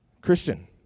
Christian